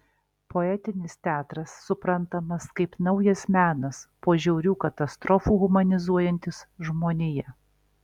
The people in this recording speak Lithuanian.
poetinis teatras suprantamas kaip naujas menas po žiaurių katastrofų humanizuojantis žmoniją